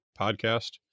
podcast